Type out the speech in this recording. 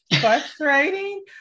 frustrating